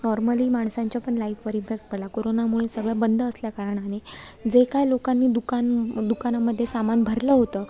normally माणसांच्या पण लाईफवर इफेक्ट पडला कोरोनामुळे सगळं बंद असल्याकारणाने जे काय लोकांनी दुकान दुकानामध्ये सामान भरलं होतं